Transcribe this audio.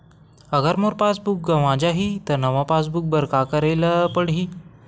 अगर मोर passbook गवां जाहि त नवा पास बुक बर का करे ल पड़हि?